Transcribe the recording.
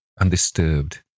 undisturbed